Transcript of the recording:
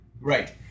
Right